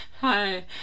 Hi